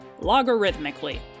logarithmically